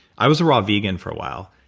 i was a raw vegan for a while.